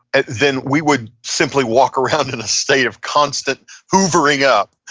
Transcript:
and then we would simply walk around in a state of constant hoovering up.